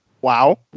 Wow